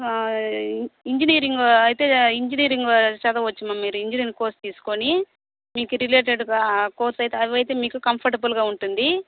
engineering అయితే engineering చదవచ్చమ్మా మీరు ఇంజినీరింగు కోర్స్ తీసుకుని మీకు రిలేటెడ్గా ఆ కోర్స్ అయితే అవి అయితే మీకు కంఫర్ట్బుల్గా ఉంటుంది